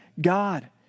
God